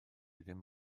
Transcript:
dim